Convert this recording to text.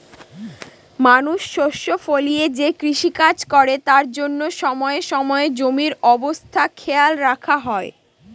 মানুষ শস্য ফলিয়ে যে কৃষিকাজ করে তার জন্য সময়ে সময়ে জমির অবস্থা খেয়াল রাখা হয়